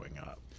up